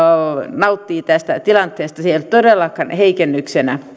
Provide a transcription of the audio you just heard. nauttii tästä tilanteesta se ei ole todellakaan heikennys